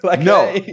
no